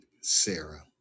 Sarah